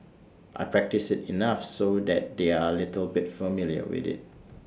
I practice IT enough so that they're A little bit familiar with IT